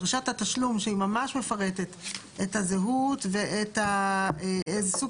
דרישת התשלום שהיא ממש מפרטת את הזהות ואת סוג